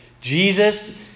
Jesus